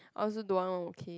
I also don't want okay